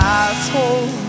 asshole